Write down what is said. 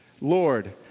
Lord